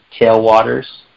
tailwaters